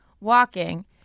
Walking